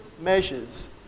measures